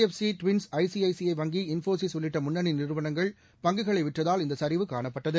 FC twins ICICI வங்கி இன்போசிஸ்உள்ளிட்ட முன்னனி நிறுவனங்கள் பங்குகளைவிற்றதால் இந்த சரிவு காணப்பட்டது